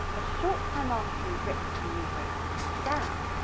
a short time after you've written some new vocabulary down,